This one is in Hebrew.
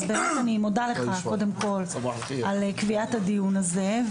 אני מודה לך קודם כל על קביעת הדיון הזה,